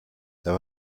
there